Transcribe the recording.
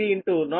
8 13213